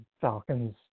Falcons